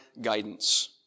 guidance